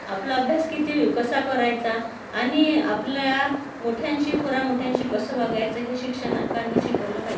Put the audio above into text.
आपला अभ्यास किती कसा करायचा आणि आपल्या मोठ्यांशी थोरामोठ्यांशी कसं वागायचं हे शिक्षनकांनी शिकवलं पाहि